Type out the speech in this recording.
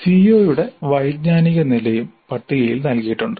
സിഒയുടെ വൈജ്ഞാനിക നിലയും പട്ടികയിൽ നൽകിയിട്ടുണ്ട്